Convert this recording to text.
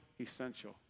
essential